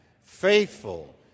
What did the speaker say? faithful